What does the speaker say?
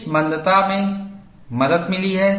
इस मंदता में मदद मिली है